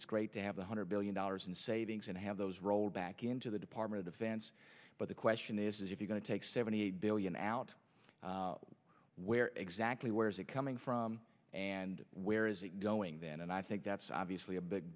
it's great to have one hundred billion dollars in savings and have those rolled back into the department of defense but the question is if you're going to take seventy billion out where exactly where is it coming from and where is it going then and i think that's obviously a big